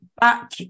back